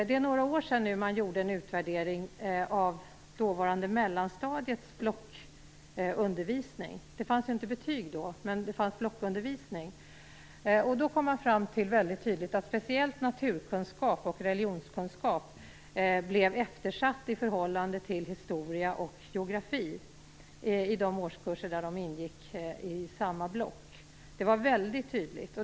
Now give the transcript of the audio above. För några år sedan gjorde man en utvärdering av det dåvarande mellanstadiets blockundervisning. Det fanns inga betyg då, men det fanns blockundervisning. Då kom man väldigt tydligt fram till att speciellt naturkunskap och religionskunskap eftersattes i förhållande till historia och geografi i de årskurser där de ingick i samma block. Det var väldigt tydligt.